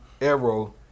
arrow